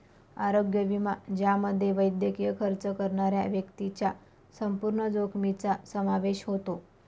आरोग्य विमा ज्यामध्ये वैद्यकीय खर्च करणाऱ्या व्यक्तीच्या संपूर्ण जोखमीचा समावेश होतो